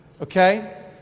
Okay